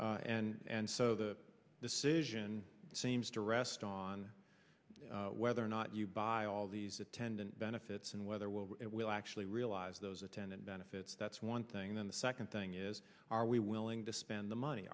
and so the decision seems to rest on whether or not you buy all these attendant benefits and whether will it will actually realize those attendant benefits that's one thing then the second thing is are we willing to spend the money